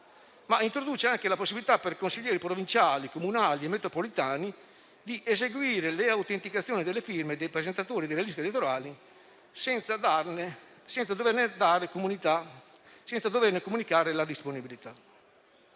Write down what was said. introduce anche la possibilità per i consiglieri provinciali, comunali e metropolitani di eseguire le autenticazioni delle firme dei presentatori delle liste elettorali senza doverne comunicare la disponibilità.